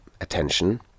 attention